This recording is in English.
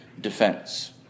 defense